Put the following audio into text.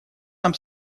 нам